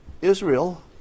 Israel